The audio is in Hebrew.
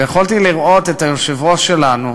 ויכולתי לראות את היושב-ראש שלנו,